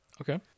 Okay